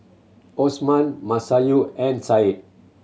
Osman Masayu and Said